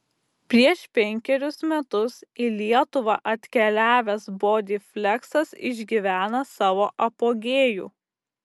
prieš penkerius metus į lietuvą atkeliavęs bodyfleksas išgyvena savo apogėjų